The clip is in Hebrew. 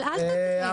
אל תטעה.